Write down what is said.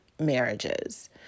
marriages